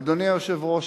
אדוני היושב-ראש,